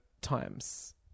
times